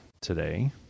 today